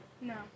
No